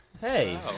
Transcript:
Hey